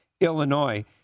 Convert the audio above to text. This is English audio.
Illinois